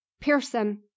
pearson